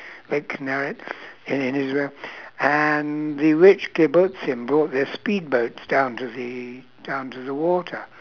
lake kinneret in in israel and the rich kibbutzim brought their speedboats down to the down to the water